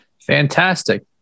Fantastic